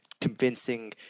convincing